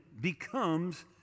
becomes